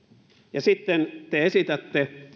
ja sitten te esitätte